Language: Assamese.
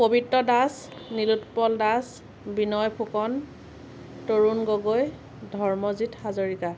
পৱিত্ৰ দাস নিলোৎপল দাস বিনয় ফুকন তৰুণ গগৈ ধৰ্মজিত হাজৰিকা